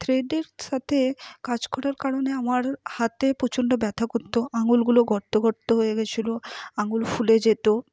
থ্রেডের সাথে কাজ করার কারণে আমার হাতে প্রচণ্ড ব্যথা করত আঙুলগুলো গর্ত গর্ত হয়ে গেছিলো আঙুল ফুলে যেত